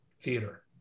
theater